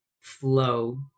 flow